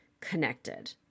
connected